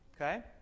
Okay